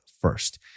first